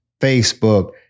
Facebook